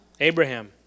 Abraham